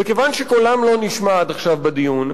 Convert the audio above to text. וכיוון שקולם לא נשמע עד עכשיו בדיון,